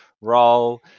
roll